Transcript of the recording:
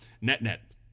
net-net